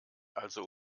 also